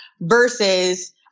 versus